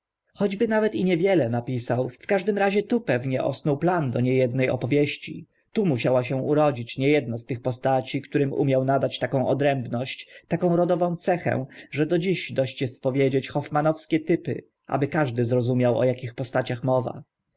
choćby nawet i niewiele napisał w każdym razie tu pewnie osnuł plan do nie edne opowieści tu musiała się urodzić nie edna z tych postaci którym umiał nadać taką odrębność taką rodową cechę że dzisia dość est powiedzieć hoffmannowskie typy aby każdy zrozumiał o akich postaciach mowa